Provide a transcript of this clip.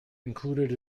includes